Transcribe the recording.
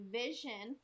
vision